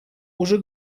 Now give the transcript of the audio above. уже